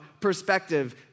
perspective